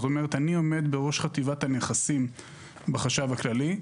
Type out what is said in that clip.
אני עומד בראש חטיבת הנכסים בחשב הכללי,